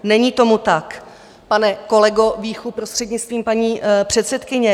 Není tomu tak, pane kolego Víchu, prostřednictvím paní předsedkyně.